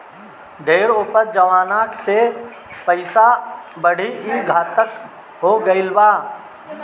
ढेर उपज जवना से पइसा बढ़ी, ई घातक हो गईल बा